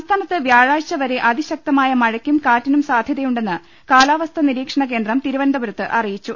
സംസ്ഥാനത്ത് വ്യാഴാഴ്ച വരെ അതിശക്തമായ മഴയ്ക്കും കാറ്റിനും സാധ്യതയുണ്ടെന്ന് കാലാവസ്ഥാ നിരീക്ഷണകേന്ദ്രം തിരു വനന്തപുരത്ത് അറിയിച്ചു